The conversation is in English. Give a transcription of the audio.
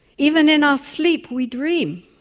even in our sleep we dream,